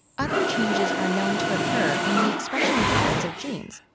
other changes are known to occur in the expression patterns of genes,